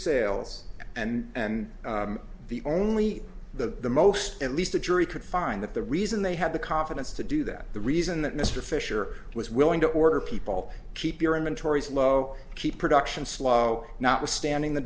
sales and the only the most at least the jury could find that the reason they have the confidence to do that the reason that mr fisher was willing to order people keep your inventories low keep production slow notwithstanding the